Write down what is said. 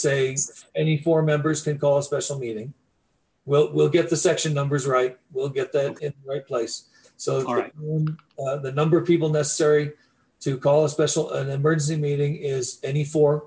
save any four members can call a special meeting well we'll get the section numbers right we'll get them in the right place so are the number of people necessary to call a special an emergency meeting is any for